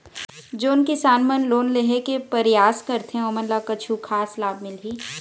जोन किसान मन लोन लेहे के परयास करथें ओमन ला कछु खास लाभ मिलही?